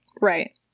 right